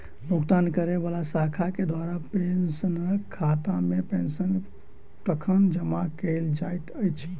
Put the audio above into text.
भुगतान करै वला शाखा केँ द्वारा पेंशनरक खातामे पेंशन कखन जमा कैल जाइत अछि